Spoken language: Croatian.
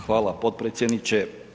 Hvala potpredsjedniče.